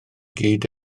gyd